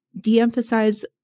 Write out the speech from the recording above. de-emphasize